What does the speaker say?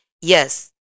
yes